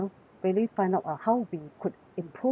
really find out uh how we could improve